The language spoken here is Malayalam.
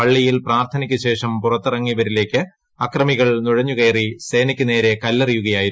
പള്ളിയിൽ പ്രാർത്ഥനയ്ക്ക് ശേഷ്പം പുറത്തിറങ്ങിയവരിലേക്ക് അക്രമികൾ നുഴഞ്ഞുകയറി സേനയ്ക്ക് നേട്രെ കല്ലെറിയുകയായിരുന്നു